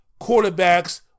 quarterbacks